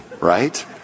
right